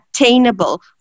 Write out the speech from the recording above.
attainable